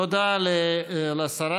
תודה לשרה.